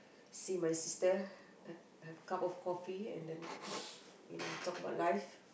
see my sister have have cup of coffee and then you know talk about life